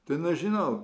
tai nežinau